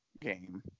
game